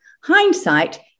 hindsight